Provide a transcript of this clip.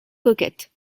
coquette